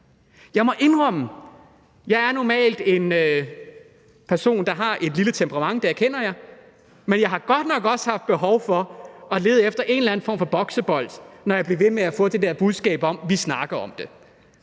Jeg må indrømme, at jeg normalt er en person med et lille temperament – det erkender jeg – men jeg har godt nok også haft behov for at lede efter en eller anden form for boksebold, når jeg blev med at få det der budskab om, at de snakkede om det.